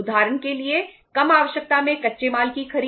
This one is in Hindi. उदाहरण के लिए कम आवश्यकता में कच्चे माल की खरीद